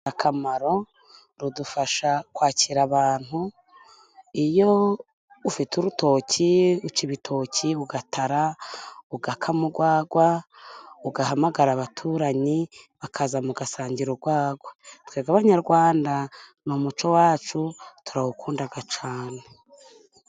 Akamaro, rudufasha kwakira abantu, iyo ufite urutoki, uca ibitoki ugatara, ugakama urwagwa, ugahamagara abaturanyi bakaza mugasangira urwagwa. Twebwe abanyarwanda ni umuco wacu, turawukunda cyane.